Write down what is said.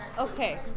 Okay